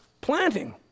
planting